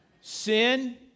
Sin